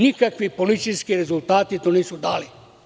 Nikakvi policijski rezultati to nisu dali.